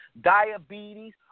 diabetes